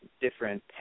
different